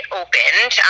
opened